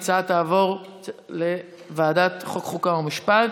ההצעה תעבור לוועדת החוקה, חוק ומשפט.